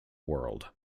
world